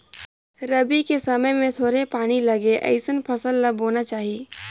रबी के समय मे थोरहें पानी लगे अइसन फसल ल बोना चाही